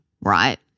right